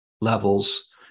levels